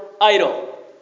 idol